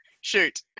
Shoot